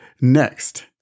next